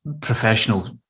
professional